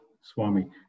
Swami